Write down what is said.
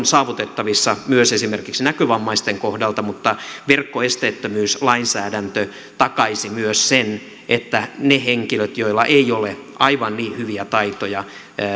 saavutettavissa myös esimerkiksi näkövammaisten kohdalla mutta verkkoesteettömyyslainsäädäntö takaisi myös sen että ne henkilöt joilla ei ole aivan niin hyviä taitoja